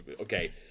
okay